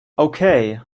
okay